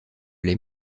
les